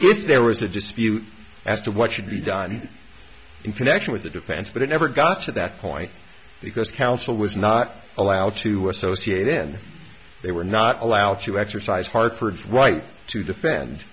were it's a dispute as to what should be done in connection with the defense but it never got to that point because counsel was not allowed to associate in they were not allowed to exercise hartford's right to defend